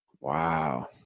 Wow